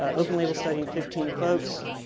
open label study in fifteen folks.